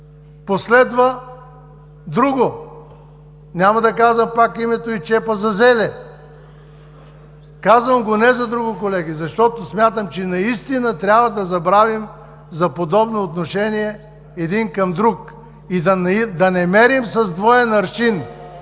Последва друго, пак няма да казвам името – „и чепа за зеле“. Казвам го не за друго, колеги, а защото смятам, че наистина трябва да забравим за подобно отношение един към друг и да не мерим с двоен аршин,